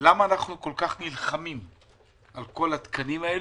קצרה למה אנחנו כל כך נלחמים על כל התקנים הללו,